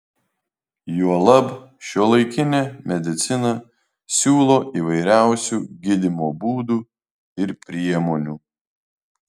juolab šiuolaikinė medicina siūlo įvairiausių gydymo būdų ir priemonių